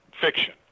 fiction